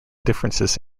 differences